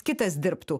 kitas dirbtų